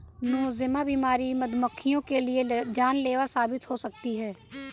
Nosema बीमारी मधुमक्खियों के लिए जानलेवा साबित हो सकती है